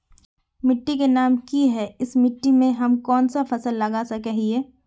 मिट्टी के नाम की है इस मिट्टी में हम कोन सा फसल लगा सके हिय?